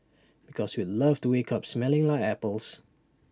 because we'd love to wake up smelling like apples